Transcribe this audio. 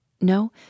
No